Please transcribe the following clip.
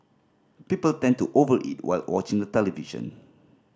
people tend to over eat while watching the television